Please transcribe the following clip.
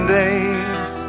days